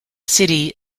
city